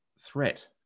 threat